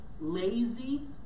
lazy